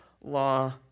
law